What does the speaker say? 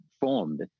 formed